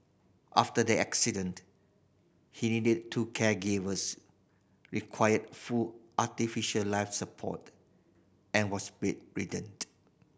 after the accident he needed two caregivers required full artificial life support and was bed